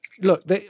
look